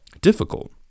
difficult